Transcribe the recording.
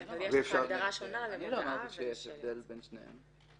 אני לא אמרתי שיש הבדל בין שניהם.